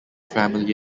family